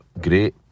Great